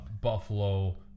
Buffalo